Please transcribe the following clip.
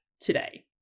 today